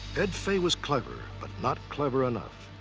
ed fay was clever, but not clever enough.